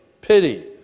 pity